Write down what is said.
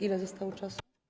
Ile zostało czasu?